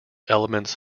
elements